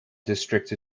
district